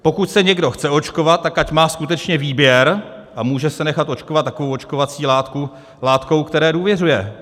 Pokud se někdo chce očkovat, ať má skutečně výběr a může se nechat očkovat takovou očkovací látkou, které důvěřuje.